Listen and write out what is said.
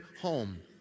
home